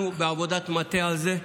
אנחנו בעבודת מטה על זה.